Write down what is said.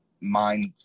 mind